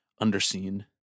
underseen